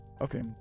okay